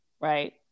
Right